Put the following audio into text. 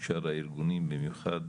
שאר הארגונים, במיוחד